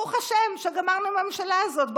ברוך השם שגמרנו עם הממשלה הזאת.